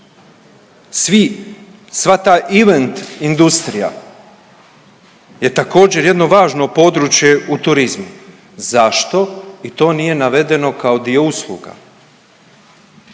Svi, sva ta invent industrija je također jedno važno područje u turizmu. Zašto i to nije navedeno kao dio usluga?